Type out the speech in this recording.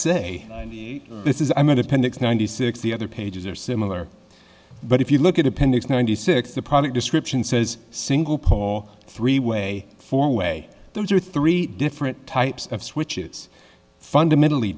say this is i'm going to pin it's ninety six the other pages are similar but if you look at appendix ninety six the product description says single pole three way for way those are three different types of switches fundamentally